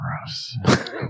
Gross